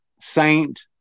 saint